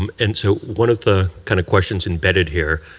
um and so one of the kind of questions embedded here,